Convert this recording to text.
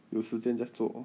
有时间 just 做